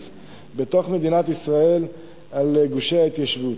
בתוך מדינת ישראל על גושי ההתיישבות.